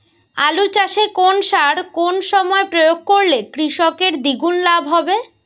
আলু চাষে কোন সার কোন সময়ে প্রয়োগ করলে কৃষকের দ্বিগুণ লাভ হবে?